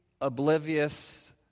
oblivious